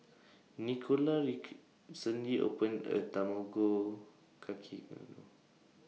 Nicola opened A Tamago Kake